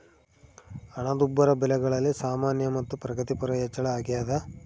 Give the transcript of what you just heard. ಹಣದುಬ್ಬರ ಬೆಲೆಗಳಲ್ಲಿ ಸಾಮಾನ್ಯ ಮತ್ತು ಪ್ರಗತಿಪರ ಹೆಚ್ಚಳ ಅಗ್ಯಾದ